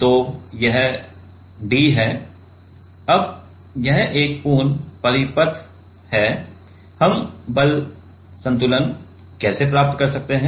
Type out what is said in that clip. तो यह d है अब तो यह एक पूर्ण परिपथ है हम बल संतुलन कैसे प्राप्त कर सकते हैं